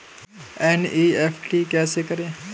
NEFT कैसे करें?